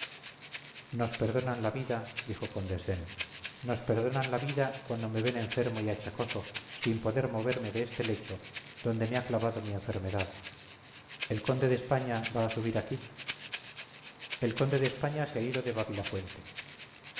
nos perdonan la vida dijo con desdén nos perdonan la vida cuando me ven enfermo y achacoso sin poder moverme de este lecho donde me ha clavado mi enfermedad el conde de españa va a subir aquí el conde de españa se ha ido de